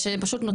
ושפשוט נוצר מצב.